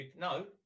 no